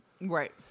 Right